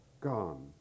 gone